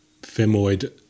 femoid